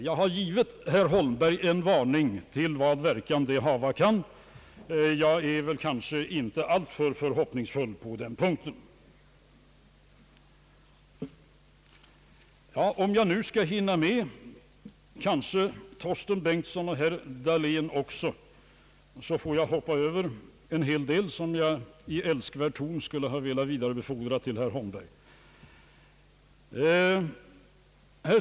Jag har givit herr Holmberg en varning, till vad verkan det hava kan. Jag är inte alltför förhoppningsfull på den punkten. Om jag skall hinna med herrar Bengtson och Dahlén också, får jag hoppa över en hel del som jag — i älskvärd ton — skulle ha velat säga till herr Holmberg.